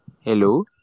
Hello